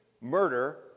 murder